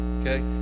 okay